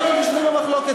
יש דברים שהם שנויים במחלוקת.